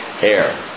air